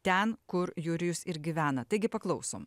ten kur jurijus ir gyvena taigi paklausom